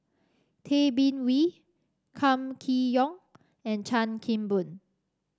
Tay Bin Wee Kam Kee Yong and Chan Kim Boon